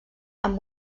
amb